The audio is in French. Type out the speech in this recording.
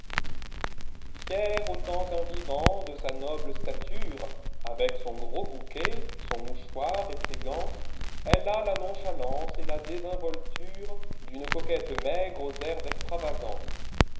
fière autant qu'un vivant de sa noble stature avec son gros bouquet son mouchoir et ses gants elle a la nonchalance et la désinvoltured'u e coquette maigre aux airs extravagants